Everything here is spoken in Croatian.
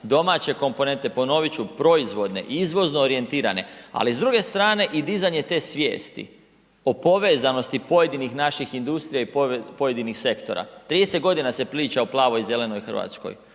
domaće komponente, ponoviti ću proizvodne, izvozno orijentirane ali s druge strane i dizanje te svijesti o povezanosti pojedinih naših industrija i pojedinih sektora. 30 godina se priča o plavoj i zelenoj Hrvatskoj,